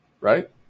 Right